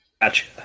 Gotcha